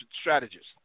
strategists